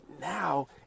now